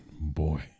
Boy